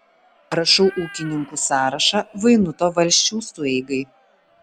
rašau ūkininkų sąrašą vainuto valsčiaus sueigai